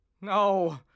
No